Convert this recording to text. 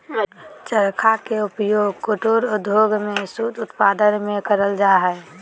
चरखा के उपयोग कुटीर उद्योग में सूत उत्पादन में करल जा हई